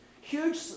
Huge